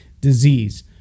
disease